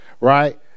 right